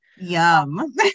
Yum